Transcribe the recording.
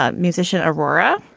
ah musician aurora.